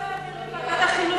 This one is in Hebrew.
אנחנו מבקשות להעביר לוועדת החינוך.